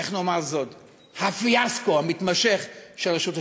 איך נאמר זאת, הפיאסקו המתמשך, של רשות השידור.